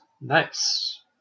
Nice